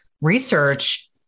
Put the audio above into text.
research